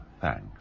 thanks